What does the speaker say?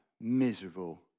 miserable